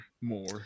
more